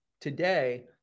today